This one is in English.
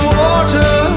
water